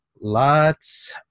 lots